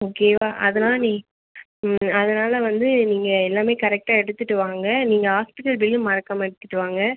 ஓகேவா அதனால் நீ அதனால் வந்து நீங்கள் எல்லாமே கரெக்டா எடுத்துகிட்டு வாங்க நீங்கள் ஹாஸ்பிட்டல் பில்லு மறக்காமல் எடுத்துகிட்டு வாங்க